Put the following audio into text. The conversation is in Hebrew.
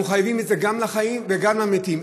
אנחנו חייבים את זה גם לחיים וגם למתים.